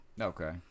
Okay